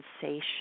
sensation